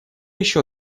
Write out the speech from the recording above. еще